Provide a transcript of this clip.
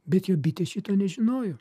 bet jo bitės šito nežinojo